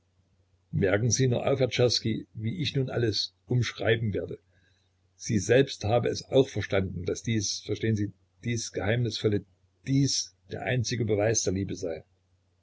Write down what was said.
merken sie nur auf herr czerski wie ich nun alles umschreiben werde sie selbst habe es auch verstanden daß dies verstehen sie dies geheimnisvolle dies der einzige beweis der liebe sei